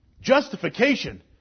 Justification